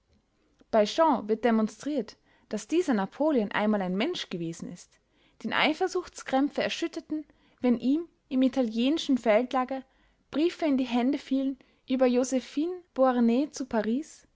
bei shaw wird demonstriert daß dieser napoleon einmal ein mensch gewesen ist den eifersuchtskrämpfe erschütterten wenn ihm im italienischen feldlager briefe in die hände fielen über josephine beauharnais zu paris